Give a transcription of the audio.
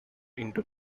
into